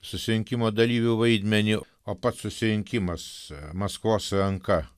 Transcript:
susirinkimo dalyvių vaidmenį o pats susirinkimas maskvos ranka